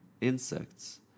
insects